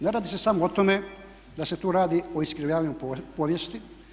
Ne radi se samo o tome da se tu radi o iskrivljavanju povijesti.